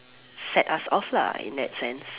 set us off lah in that sense